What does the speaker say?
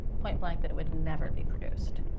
point-blank, that it would never be produced.